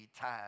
time